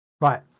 right